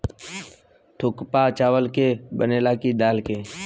थुक्पा चावल के बनेला की दाल के?